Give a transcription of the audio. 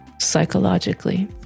psychologically